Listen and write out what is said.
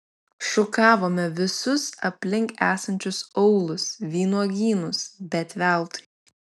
šukavome visus aplink esančius aūlus vynuogynus bet veltui